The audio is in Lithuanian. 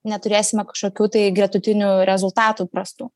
neturėsime kažkokių tai gretutinių rezultatų prastų